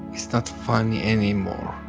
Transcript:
it's not funny anymore.